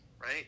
right